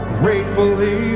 gratefully